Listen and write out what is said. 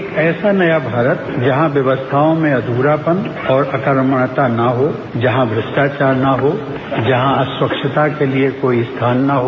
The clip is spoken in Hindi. एक ऐसा नया भारत जहां व्यवस्थाओं में अध्रापन और अर्कमण्यता न हो जहां भ्रष्टाचार न हो जहां अस्वच्छता के लिए कोई स्थान न हो